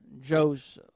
Joseph